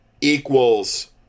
equals